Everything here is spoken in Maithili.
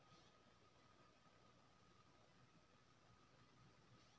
फूलकोबी के खेती में केना कारण से पत्ता सिकुरल जाईत छै?